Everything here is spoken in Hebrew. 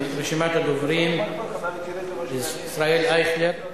רשימת הדוברים: ישראל אייכלר,